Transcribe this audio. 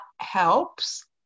helps